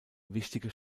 wichtige